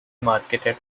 marketed